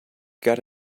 got